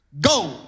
Go